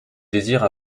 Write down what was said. désire